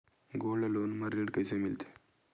Gold loan म ऋण कइसे मिलथे?